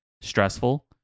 stressful